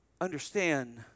understand